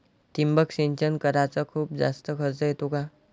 ठिबक सिंचन कराच खूप जास्त खर्च येतो का?